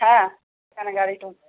হ্যাঁ এখানে গাড়ি ঢুকবে